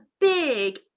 big